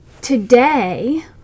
today